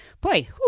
boy